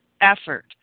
effort